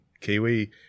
kiwi